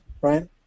right